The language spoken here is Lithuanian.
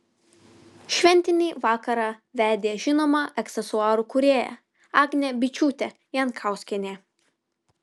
šventinį vakarą vedė žinoma aksesuarų kūrėja agnė byčiūtė jankauskienė